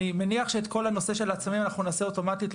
אני מניח שאת כל הנושא של העצמאיים אנחנו נעשה אוטומטית,